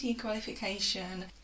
qualification